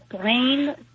brain